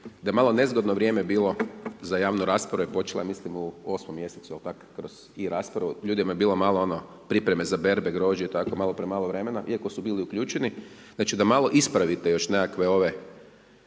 da je malo nezgodno vrijeme bilo, za javnu raspravu je počelo, ja mislim u 8 mj. ili tako kroz i-raspravu, ljudima je bilo malo ono pripreme za berbe grožđe i tako, malo premalo vremena iako su bili uključeni, da malo ispravite još nekakve ove